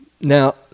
Now